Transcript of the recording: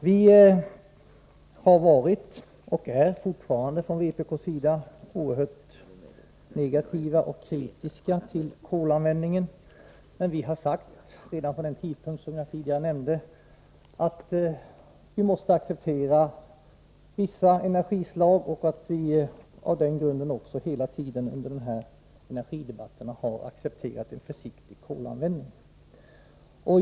Vi har varit och är fortfarande från vpk:s sida oerhört negativa och kritiska till kolanvändningen, men vi sade redan vid den tidpunkt jag tidigare nämnde att vi måste acceptera vissa energislag, och vi har av den anledningen hela tiden under energidebatterna accepterat en försiktig kolanvändning.